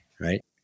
right